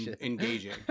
engaging